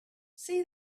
see